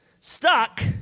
stuck